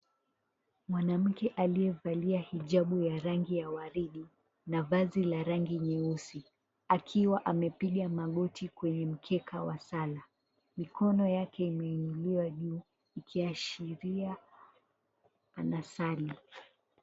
Mwanamke aliyevalia hijabu ya rangi ya waridi na vazi la rangi nyeusi akiwa amepiga magoti kwenye mkeka wa sala. Mikono yake imeinuliwa juu ikiashiria anasali.